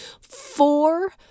four